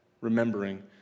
remembering